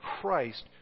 Christ